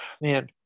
man